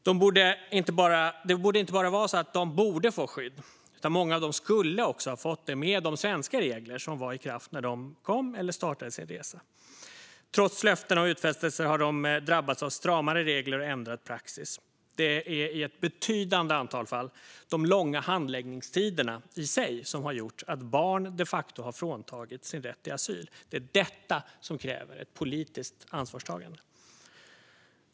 De borde inte bara vara så att de borde få skydd. Många av dem skulle också ha fått det med de svenska regler som var i kraft när de kom eller startade sin resa. Trots löften och utfästelser har de drabbats av stramare regler och ändrad praxis. Det är i ett betydande antal fall de långa handläggningstiderna i sig som har gjort att barn de facto har fråntagits sin rätt till asyl. Det är detta som kräver ett politiskt ansvarstagande.